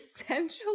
essentially